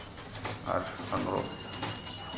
ᱟᱨ ᱟᱝᱜᱽᱨᱚᱵᱽ